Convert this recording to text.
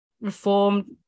reformed